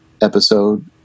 episode